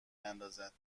اندازد